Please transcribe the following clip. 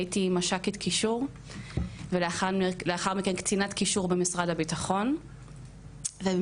הייתי מש"קית קישור ולאחר מכן קצינת קישור במשרד הביטחון ובמשרד